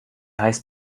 heißt